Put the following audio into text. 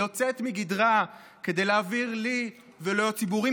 היא יוצאת מגדרה כדי להעביר לי ולעוד ציבורים